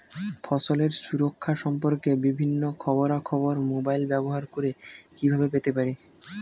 ফসলের সুরক্ষা সম্পর্কে বিভিন্ন খবরা খবর মোবাইল ব্যবহার করে কিভাবে পেতে পারি?